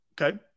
Okay